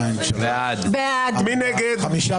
מי נמנע?